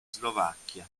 slovacchia